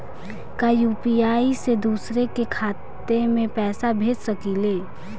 का यू.पी.आई से दूसरे के खाते में पैसा भेज सकी ले?